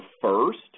first